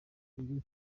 asubiye